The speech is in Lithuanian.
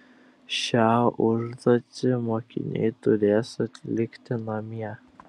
šią užduotį mokiniai turės atlikti namie